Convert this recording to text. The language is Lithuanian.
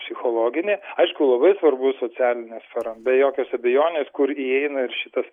psichologinė aišku labai svarbu socialinė sfera be jokios abejonės kur įeina ir šitas